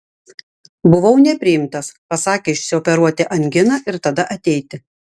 buvau nepriimtas pasakė išsioperuoti anginą ir tada ateiti